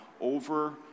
over